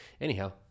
Anyhow